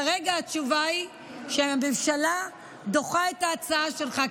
כרגע התשובה היא שהממשלה דוחה את ההצעה שלך,